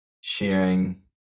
sharing